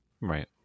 right